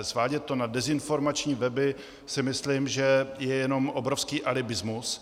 Svádět to na dezinformační weby si myslím, že je jenom obrovský alibismus.